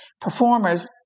performers